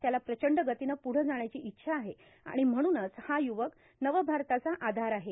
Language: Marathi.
त्याला प्रचंड गतीनं पुढं जाण्याची इच्छा आहे आणि म्हणूनच हा युवक नवभारताचा आधार आहे